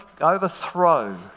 overthrow